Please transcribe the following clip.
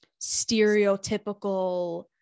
stereotypical